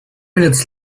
minutes